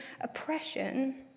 oppression